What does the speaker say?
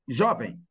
jovem